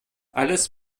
alles